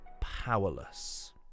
powerless